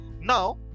Now